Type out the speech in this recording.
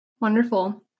Wonderful